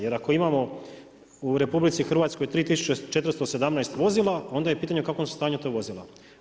Jer ako imamo u RH 3417 vozila onda je pitanje u kakvom su stanju ta vozila.